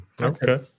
Okay